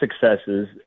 successes